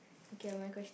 okay ah my question